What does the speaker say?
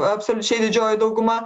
absoliučiai didžioji dauguma